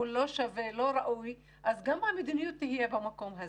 שהוא לא שווה ולא ראוי אז גם המדיניות תהיה במקום הזה.